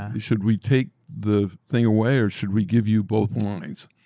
and should we take the thing away or should we give you both lines?